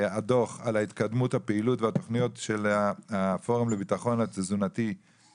הדוח על התקדמות הפעילות והתוכניות של הפורום לביטחון תזונתי,